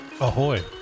ahoy